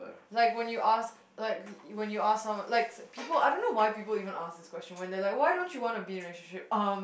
like when you ask like when you ask some of like people I don't know why people even ask this question when they're like why don't you wanna be in a relationship um